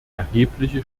erhebliche